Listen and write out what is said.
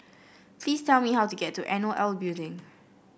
please tell me how to get to N O L Building